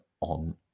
on